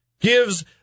gives